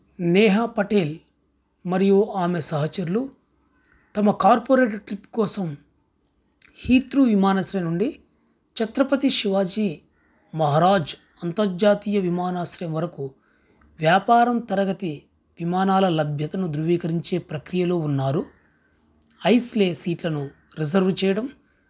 నేహా పటేల్ మరియు ఆమె సహచరులు తమ కార్పొరేట్ ట్రిప్ కోసం హీత్రూ విమానాశ్రయం నుండి ఛత్రపతి శివాజీ మహారాజ్ అంతర్జాతీయ విమానాశ్రయం వరకు వ్యాపారం తరగతి విమానాల లభ్యతను ధృవీకరించే ప్రక్రియలో ఉన్నారు ఐస్లే సీట్లను రిజర్వ్ చేయడం